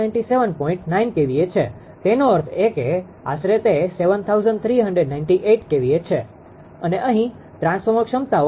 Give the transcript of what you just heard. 9 kVA છે તેનો અર્થ એ કે આશરે તે 7398 kVA છે અને અહીં ટ્રાન્સફોર્મર ક્ષમતાઓ 7200 kVA છે